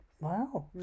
Wow